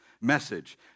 message